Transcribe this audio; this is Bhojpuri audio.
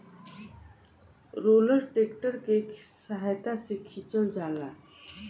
रोलर ट्रैक्टर के सहायता से खिचल जाला